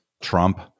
Trump